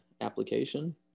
application